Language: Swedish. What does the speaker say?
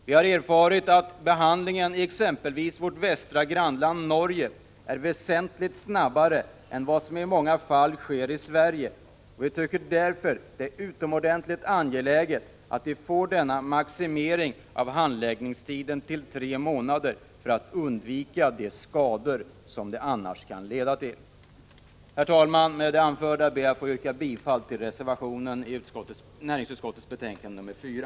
Vi har erfarit att handläggningen i exempelvis vårt västra grannland Norge sker väsentligt snabbare än vad som ofta är fallet i Sverige. Vi tycker därför att det är utomordentligt angeläget att handläggningstiden maximeras till tre månader för att undvika de skador som en längre handläggningstid kan leda till. Herr talman! Med det anförda ber jag att få yrka bifall till reservationen i näringsutskottets betänkande 4.